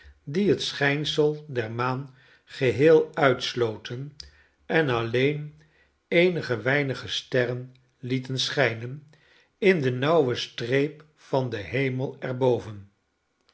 die het schijnsel der maan geheel uitsloten en alleen eenige weinige sterren lieten schijnen in de nauwe streep van den hemel